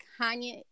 Kanye